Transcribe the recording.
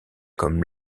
comme